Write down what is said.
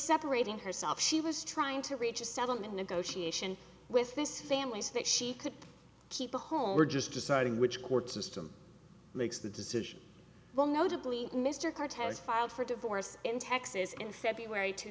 separating herself she was trying to reach a settlement negotiation with this family says that she could keep the home we're just deciding which court system makes the decision well notably mr cortez filed for divorce in texas in february two